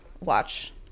watch